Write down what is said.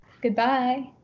Goodbye